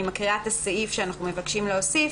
אני אקריא את הסעיף שאנו מבקשים להוסיף.